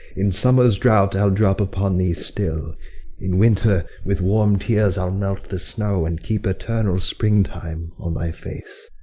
in summer's drought i'll drop upon thee still in winter with warm tears i'll melt the snow and keep eternal spring-time on thy face,